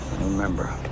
Remember